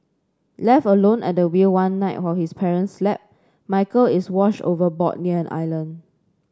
left alone at the wheel one night while his parents slept Michael is washed overboard near an island